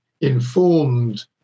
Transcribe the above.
informed